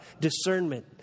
discernment